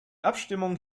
abstimmung